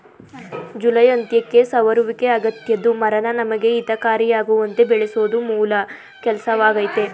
July ಅಂತ್ಯಕ್ಕೆ ಸವರುವಿಕೆ ಅಗತ್ಯದ್ದು ಮರನ ನಮಗೆ ಹಿತಕಾರಿಯಾಗುವಂತೆ ಬೆಳೆಸೋದು ಮೂಲ ಕೆಲ್ಸವಾಗಯ್ತೆ